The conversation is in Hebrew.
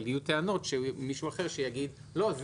אבל יהיו טענות של מישהו אחר שיגיד: לא,